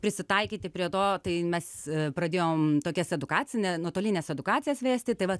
prisitaikyti prie to tai mes pradėjom tokias edukacinę nuotolines edukacijas vesti tai va